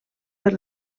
per